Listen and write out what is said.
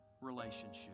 relationship